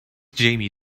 jamie